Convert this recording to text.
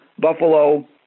Buffalo